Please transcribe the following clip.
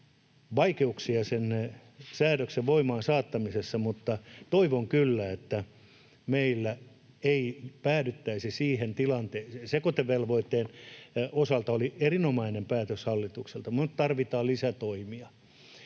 vaikeuksia sen säädöksen voimaan saattamisessa, mutta toivon kyllä, että meillä ei päädyttäisi siihen tilanteeseen. Sekoitevelvoitteen osalta oli erinomainen päätös hallitukselta, mutta tarvitaan lisätoimia,